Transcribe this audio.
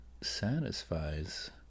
satisfies